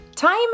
Time